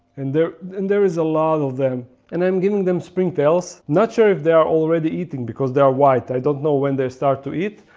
and there there is a lot of them and i'm giving them springtails. not sure if they are already eating because they are white i don't know when they start to eat,